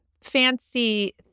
fancy